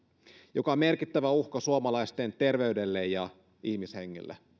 joka on merkittävä uhka suomalaisten terveydelle ja ihmishengille